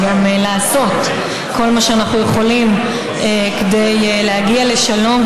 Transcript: גם לעשות כל מה שאנחנו יכולים כדי להגיע לשלום,